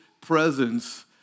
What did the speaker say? presence